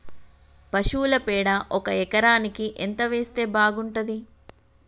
పశువుల పేడ ఒక ఎకరానికి ఎంత వేస్తే బాగుంటది?